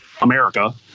America